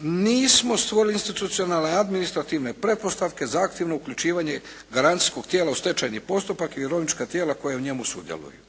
nismo stvorili institucionalne, administrativne pretpostavke za aktivno uključivanje garancijskog tijela u stečajni postupak i dionička tijela koja u njemu sudjeluju.